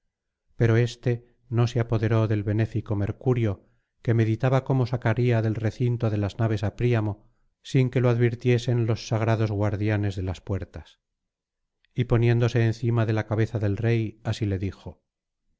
pero éste no se apoderó del benéfico mercurio que meditaba cómo sacaría del recinto de las naves á príamo sin que lo advirtiesen los sagrados guardianes de las puertas y poniéndose encima de la cabeza del rey así le dijo á